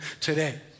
today